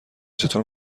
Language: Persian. چطور